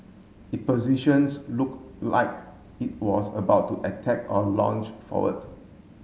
it positions look like it was about to attack or lunge forward